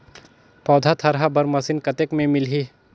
पौधा थरहा बर मशीन कतेक मे मिलही?